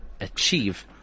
achieve